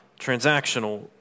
transactional